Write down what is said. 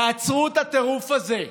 תעצרו את הטירוף הזה.